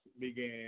began